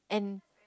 and